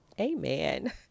Amen